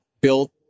built